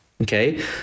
Okay